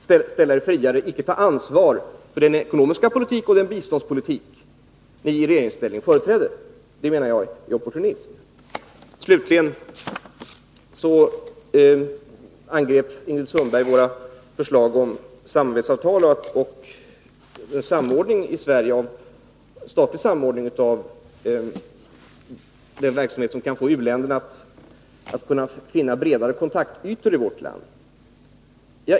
Ni vill stå fria och inte ta ansvar för den ekonomiska politik och den biståndspolitik ni i regeringsställning företrädde. Det menar jag är opportunism. Ingrid Sundberg angrep slutligen också våra förslag om samarbetsavtal och statlig samordning i Sverige av den verksamhet som kan få u-länderna att vinna bredare kontaktytor i vårt land.